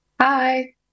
Hi